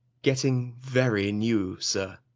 getting very new, sir.